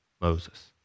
Moses